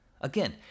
Again